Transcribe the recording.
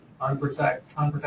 Unprotected